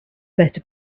better